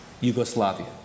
Yugoslavia